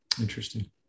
Interesting